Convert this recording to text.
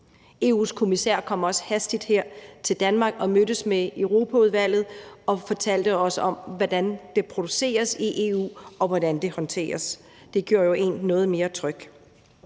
EU's kommissær kom også hastigt her til Danmark og mødtes med Europaudvalget og fortalte os om, hvordan det produceres i EU, og hvordan det håndteres. Det gjorde jo en noget mere tryg,